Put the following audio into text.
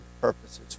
purposes